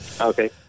Okay